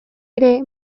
ere